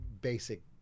basic